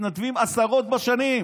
מתנדבים עשרות בשנים,